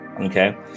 okay